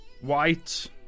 white